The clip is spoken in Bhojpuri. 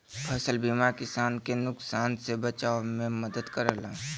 फसल बीमा किसान के नुकसान से बचाव में मदद करला